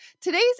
today's